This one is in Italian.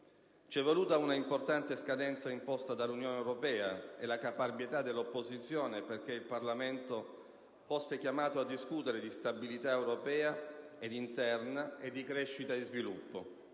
Ci sono volute una importante scadenza imposta dall'Unione europea e la caparbietà dell'opposizione perché il Parlamento fosse chiamato a discutere di stabilità europea ed interna e di crescita e sviluppo,